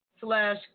slash